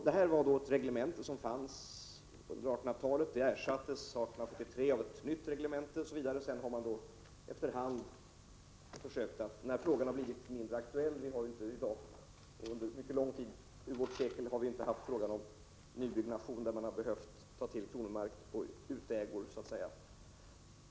Detta reglemente fanns på 1800-talet och ersattes 1843 av ett nytt reglemente. Under det här seklet har det ju under mycket lång tid inte varit aktuellt att behöva ta till kronomark på utägor.